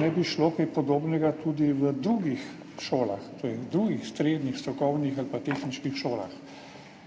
ne bi šlo kaj podobnega tudi v drugih šolah, to je v drugih srednjih strokovnih ali pa tehniških šolah.